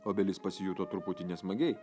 obelis pasijuto truputį nesmagiai